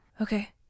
Okay